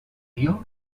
lió